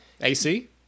AC